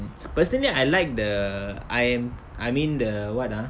personally I like the I'm I mean the [what] ah